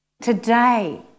Today